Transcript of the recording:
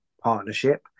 partnership